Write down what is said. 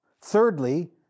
Thirdly